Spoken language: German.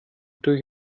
durch